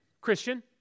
Christian